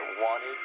wanted